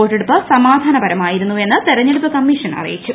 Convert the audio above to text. വോട്ടെടുപ്പ് സമാധാനപരമായിരുന്നു എന്ന് തെരഞ്ഞെടുപ്പ് കമ്മീഷൻ അറിയിച്ചു